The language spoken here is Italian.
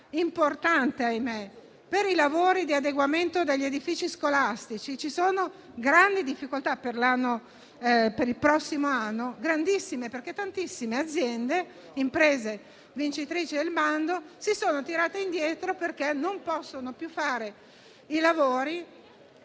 importante: per i lavori di adeguamento degli edifici scolastici ci sono grandissime difficoltà per il prossimo anno, perché tantissime aziende, vincitrici del bando, si sono tirate indietro, perché non possono più fare i lavori,